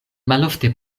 malofte